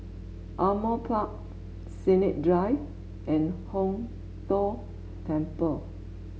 Ardmore Park Sennett Drive and Hong Tho Temple